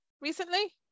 recently